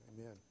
amen